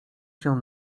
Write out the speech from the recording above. się